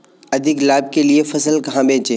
अधिक लाभ के लिए फसल कहाँ बेचें?